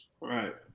Right